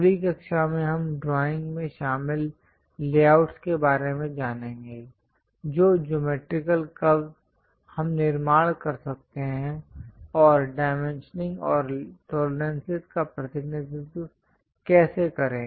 अगली कक्षा में हम ड्राइंग में शामिल लेआउट्स के बारे में जानेंगे जो ज्योमैट्रिकल कर्वस् हम निर्माण कर सकते हैं और डाइमेंशनिंग और टोलरेंसिस का प्रतिनिधित्व कैसे करें